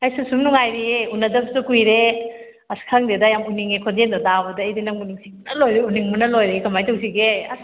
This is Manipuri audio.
ꯑꯩꯁꯨ ꯁꯨꯝ ꯅꯨꯡꯉꯥꯏꯔꯤꯌꯦ ꯎꯅꯗꯕꯁꯨ ꯀꯨꯏꯔꯦ ꯑꯁ ꯈꯪꯗꯦꯗ ꯌꯥꯝ ꯎꯅꯤꯡꯉꯤ ꯈꯣꯟꯖꯦꯜꯗꯣ ꯇꯥꯕꯗ ꯑꯩꯗꯤ ꯅꯪꯕꯨ ꯅꯤꯡꯁꯤꯡꯕꯅ ꯂꯣꯏꯔꯦ ꯎꯅꯤꯡꯕꯅ ꯂꯣꯏꯔꯦ ꯀꯃꯥꯏꯅ ꯇꯧꯁꯤꯒꯦ ꯑꯁ